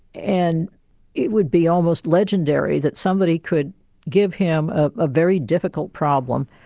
and it would be almost legendary that somebody could give him a very difficult problem,